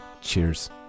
Cheers